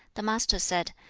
the master said,